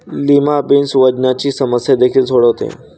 lima beans वजनाची समस्या देखील सोडवते